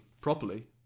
properly